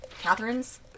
Catherine's